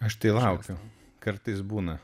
aš tai laukiu kartais būna